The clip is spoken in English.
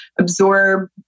absorb